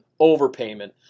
Overpayment